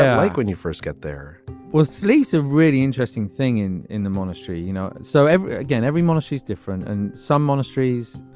like when you first get there was sleep a really interesting thing in in the monastery, you know, so ever again, every monastery is different and some monasteries,